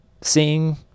seeing